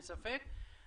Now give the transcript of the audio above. אני אשמח.